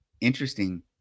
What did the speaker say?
interesting